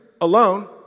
alone